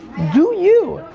do you.